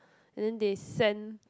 and then they send